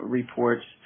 reports